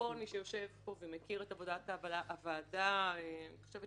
וכל מי שיושב פה ומכיר את עבודת הוועדה אני חושבת